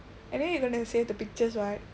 anyway you're gonna save the pictures right